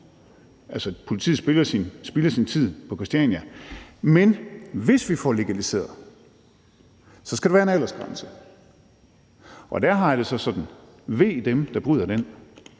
politiet spilder sin tid på Christiania. Men hvis vi får legaliseret det, skal der være en aldersgrænse, og der har jeg det sådan: Ve dem, der bryder den.